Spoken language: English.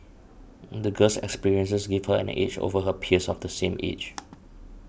the girl's experiences gave her an edge over her peers of the same age